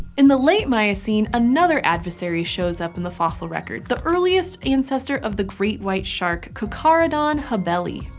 in the late miocene, another adversary shows up in the fossil record the earliest ancestor of the great white shark, carcharodon hubbelli.